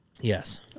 Yes